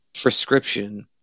prescription